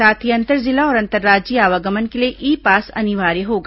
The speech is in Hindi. साथ ही अंतर जिला और अंतर्राज्यीय आवागमन के लिए ई पास अनिवार्य होगा